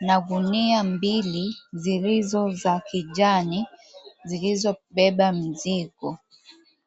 na gunia mbili zilizo za kijani zilizobeba mzigo.